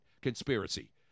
conspiracy